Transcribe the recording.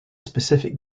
specific